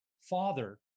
Father